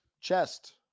Chest